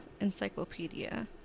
encyclopedia